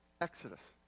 Exodus